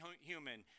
human